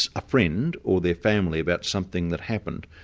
a friend or their family about something that happened,